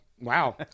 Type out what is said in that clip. Wow